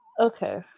Okay